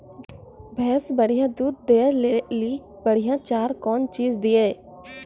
भैंस बढ़िया दूध दऽ ले ली बढ़िया चार कौन चीज दिए?